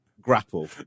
grapple